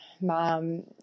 mom